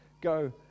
Go